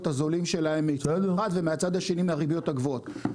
הזולים שלהם ומצד שני מהריביות הגבוהות.